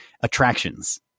attractions